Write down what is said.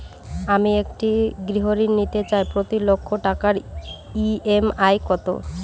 আমি একটি গৃহঋণ নিতে চাই প্রতি লক্ষ টাকার ই.এম.আই কত?